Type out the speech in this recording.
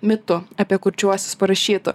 mitų apie kurčiuosius parašytų